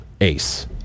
Ace